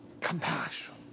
compassion